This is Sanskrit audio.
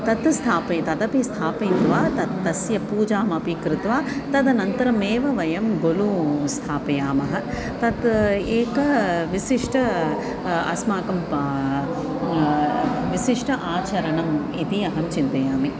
तत् स्थापने तदपि स्थापयित्वा तत् तस्य पूजामपि कृत्वा तदनन्तरमेव वयं गोलुं स्थापयामः तत् एकं विशिष्टम् अस्माकं पा विशिष्टम् आचरणम् इति अहं चिन्तयामि